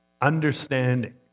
understanding